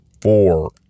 four